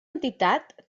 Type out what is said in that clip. entitat